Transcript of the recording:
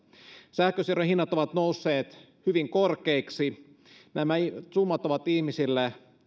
sähkönsiirron hinnat ovat nousseet hyvin korkeiksi nämä summat ovat ihmisille